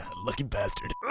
lucky bastard.